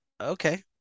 Okay